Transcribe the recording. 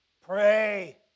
Pray